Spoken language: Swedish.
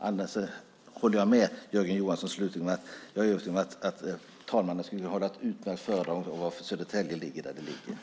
Slutligen: Jag håller med Jörgen Johansson och är övertygad om att talmannen skulle kunna hålla ett utmärkt föredrag om varför Södertälje ligger där det ligger.